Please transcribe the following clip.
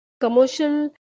commercial